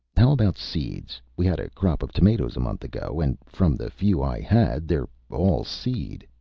how about seeds? we had a crop of tomatoes a month ago and from the few i had, they're all seed.